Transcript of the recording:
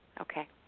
Okay